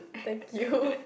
thank you